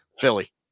Philly